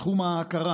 בתחום ההכרה